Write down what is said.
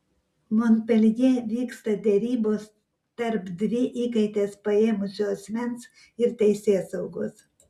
monpeljė vyksta derybos tarp dvi įkaites paėmusio asmens ir teisėsaugos